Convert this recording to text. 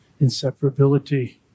inseparability